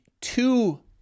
two